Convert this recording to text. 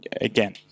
again